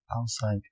outside